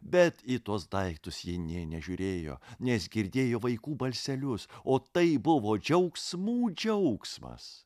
bet į tuos daiktus ji nė nežiūrėjo nes girdėjo vaikų balselius o tai buvo džiaugsmų džiaugsmas